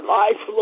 life